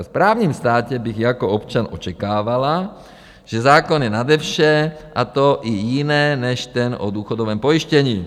V právním státě bych jako občan očekávala, že zákon je nade vše, a to i jiné, než ten o důchodovém pojištění.